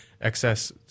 excess